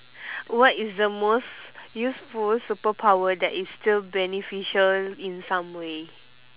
what is the most useful superpower that is still beneficial in some way